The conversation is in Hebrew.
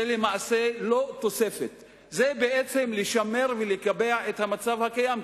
למעשה לא תוספת אלא לשמר ולקבע את המצב הקיים,